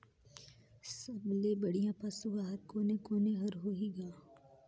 सबले बढ़िया पशु आहार कोने कोने हर होही ग?